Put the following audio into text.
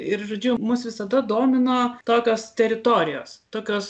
ir žodžiu mus visada domino tokios teritorijos tokios